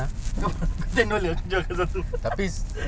takde kau imagine five dollar bro brand new boot